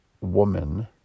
woman